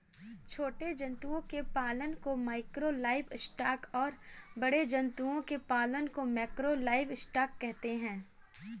छोटे जंतुओं के पालन को माइक्रो लाइवस्टॉक और बड़े जंतुओं के पालन को मैकरो लाइवस्टॉक कहते है